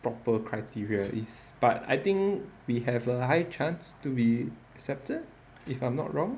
proper criteria is but I think we have a high chance to be accepted if I'm not wrong